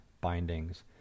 bindings